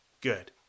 good